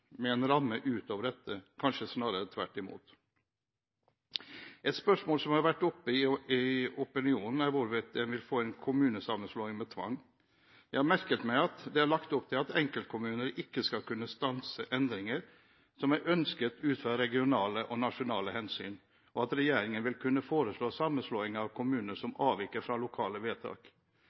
med en ramme utover dette, kanskje snarere tvert imot. Et spørsmål som har vært oppe i opinionen, er hvorvidt en vil få en kommunesammenslåing med tvang. Jeg har merket meg at det er lagt opp til at enkeltkommuner ikke skal kunne stanse endringer som er ønsket ut fra regionale og nasjonale hensyn, og at regjeringen vil kunne foreslå sammenslåing av kommunene som avviker fra lokale vedtak.